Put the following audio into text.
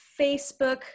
Facebook